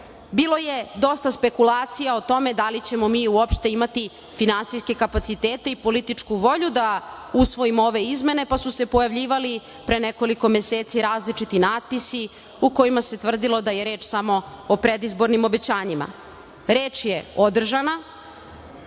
Bilo je dosta spekulacija o tome dali ćemo mi uopšte imati finansijske kapacitete i političku volju da usvojimo ove izmene, pa su se pojavljivali pre nekoliko meseci različiti natpisi u kojima se tvrdilo da je reč samo o predizbornim obećanjima. Reče je održana,